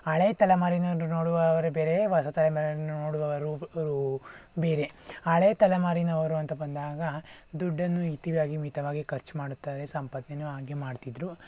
ಹಳೆ ತಲೆಮಾರು ನೋಡುವವರೇ ಬೇರೆ ಹೊಸ ತಲೆಮಾರಿನ ನೋಡುವವರು ರು ಬೇರೆ ಹಳೆ ತಲೆಮಾರಿನವರು ಅಂತ ಬಂದಾಗ ದುಡ್ಡನ್ನು ಇತವಾಗಿ ಮಿತವಾಗಿ ಖರ್ಚು ಮಾಡುತ್ತಾರೆ ಸಂಪಾದನೇನೂ ಹಾಗೆ ಮಾಡ್ತಿದ್ರು